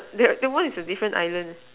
that that one is a different island